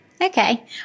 Okay